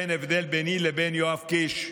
בתפיסה אין הבדל ביני לבין יואב קיש,